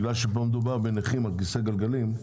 בגלל שכאן מדובר בנכים שנעים בכיסא גלגלים,